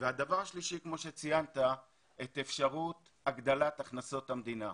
הדבר השלישי, כמו שציינת, זה הגדלת הכנסות המדינה.